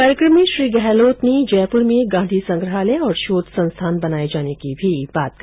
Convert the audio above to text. कार्यक्रम में श्री गहलोत ने जयपुर में गांधी संग्रहालय और शोंध संस्थान बनाये जाने की भी बात की